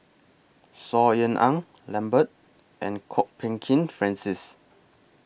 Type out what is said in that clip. Saw Ean Ang Lambert and Kwok Peng Kin Francis